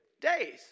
days